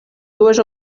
dues